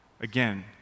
Again